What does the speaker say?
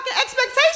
expectations